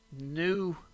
new